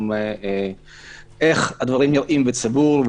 גם איך הדברים נראים בציבור.